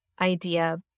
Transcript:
idea